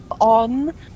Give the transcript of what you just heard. on